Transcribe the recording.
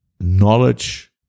knowledge